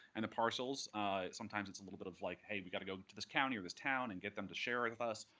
and the parcels sometimes, it's a little bit of like, hey, we got to go to this county or this town and get them to share it with us.